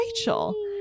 Rachel